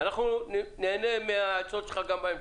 אנחנו נהנה מהעצות שלך גם בהמשך.